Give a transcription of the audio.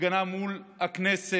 הפגנה מול הכנסת,